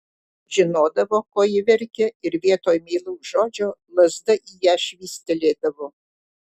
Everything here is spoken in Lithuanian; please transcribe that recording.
žinodavo ko ji verkia ir vietoj meilaus žodžio lazda į ją švystelėdavo